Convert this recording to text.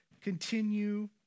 continue